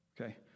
Okay